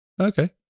Okay